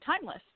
timeless